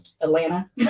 Atlanta